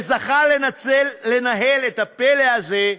וזכה לנהל את הפלא הזה,